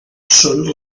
són